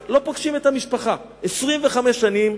ולא פוגשים את המשפחה 25 שנים.